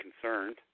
concerned